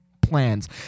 plans